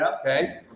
okay